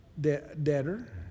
debtor